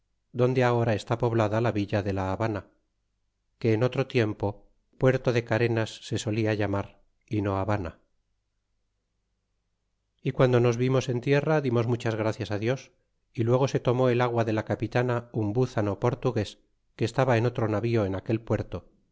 donde ahora está poblada la villa de la habana que en otro tiempo puerto de carenas se soli a llamar y no habana y quando nos vimos en tierra dimos muchas gracias dios y luego se tomó el agua de la capitana un búzano portugues que estaba en otro navío en aquel puerto